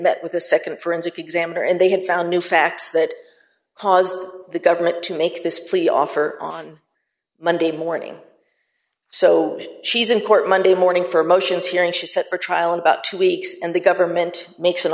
met with the nd forensic examiner and they had found new facts that caused the government to make this plea offer on monday morning so she's in court monday morning for motions hearing she set for trial in about two weeks and the government makes an